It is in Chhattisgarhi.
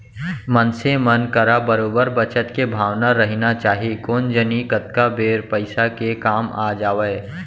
मनसे मन करा बरोबर बचत के भावना रहिना चाही कोन जनी कतका बेर पइसा के काम आ जावय